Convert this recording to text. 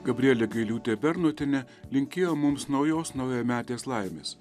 gabrielė gailiūtė bernotienė linkėjo mums naujos naujametės laimės